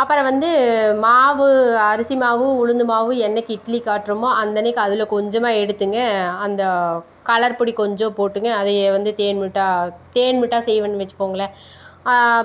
அப்புறம் வந்து மாவு அரிசிமாவும் உளுந்துமாவும் என்னைக்கு இட்லிக்கு ஆட்டுறமோ அந்தன்னைக்கி அதில் கொஞ்சமாக எடுத்துங்க அந்த கலர் பொடி கொஞ்சம் போட்டுங்க அதையே வந்து தேன் மிட்டாய் தேன் மிட்டாய் செய்வேன்னு வச்சுக்கோங்களேன்